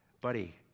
buddy